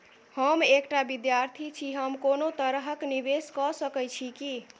हम एकटा विधार्थी छी, हम कोनो तरह कऽ निवेश कऽ सकय छी की?